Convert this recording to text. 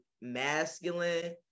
masculine